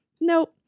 nope